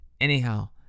Anyhow